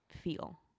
feel